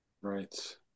right